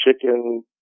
chicken